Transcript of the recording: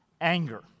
anger